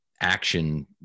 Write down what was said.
action